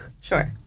sure